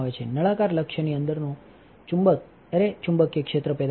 નળાકાર લક્ષ્યની અંદરનો ચુંબક એરે ચુંબકીય ક્ષેત્ર પેદા કરે છે